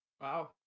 Wow